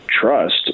trust